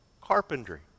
carpentry